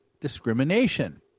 discrimination